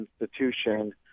institution